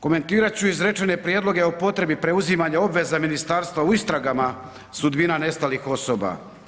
Komentirat ću izrečene prijedloge o potrebi preuzimanja obveza ministarstva u istragama sudbina nestalih osoba.